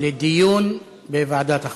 לדיון בוועדת החוקה.